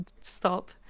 Stop